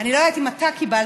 אני לא יודעת אם אתה קיבלת,